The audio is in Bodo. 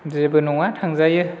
जेबो नङा थांजायो